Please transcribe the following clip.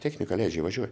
technika leidžia įvažiuot